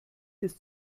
des